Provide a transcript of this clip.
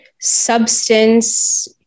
substance